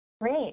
Great